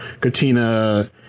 Katina